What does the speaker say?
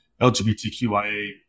lgbtqia